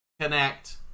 connect